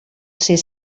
ser